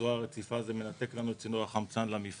בצורה רציפה זה מנתק לנו את צינור החמצן למפעל.